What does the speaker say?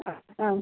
ആ ആ